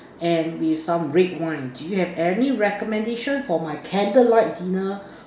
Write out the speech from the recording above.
and with some red wine do you have any recommendation for my candlelight dinner